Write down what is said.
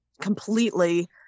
completely